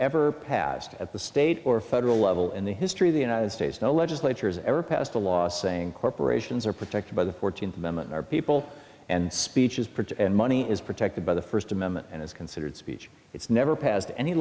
ever passed at the state or federal level in the history of the united states no legislature has ever passed a law saying corporations are protected by the fourteenth amendment or people and speech is part and money is protected by the first amendment and it's considered speech it's never passed any